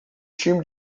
time